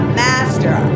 master